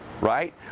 right